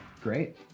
Great